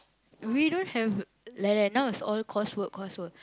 we don't have like that now is all course work course work